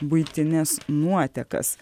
buitines nuotekas